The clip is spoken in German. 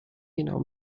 genau